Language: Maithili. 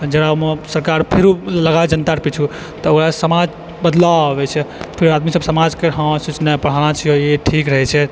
जेकरामे सरकार फिरो लग है जनता के पीछू तऽ वएह समाज बदलाव आबै छै फेर आदमी सब समाज के हाथ सोचनाइ फलाना छियौ ई ठीक रहै छै